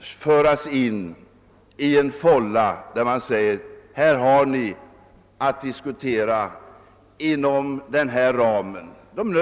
föras in i en fålla där man säger: Ni har att diskutera inom denna ram.